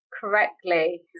correctly